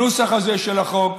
הנוסח הזה של החוק,